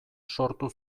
sortu